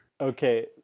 Okay